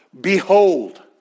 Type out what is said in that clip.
Behold